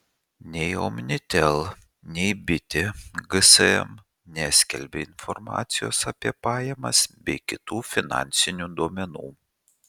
nei omnitel nei bitė gsm neskelbia informacijos apie pajamas bei kitų finansinių duomenų